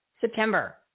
September